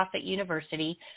university